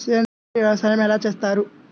సేంద్రీయ వ్యవసాయం ఎలా చేస్తారు?